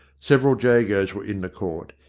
several jagos were in the court,